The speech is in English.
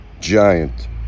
giant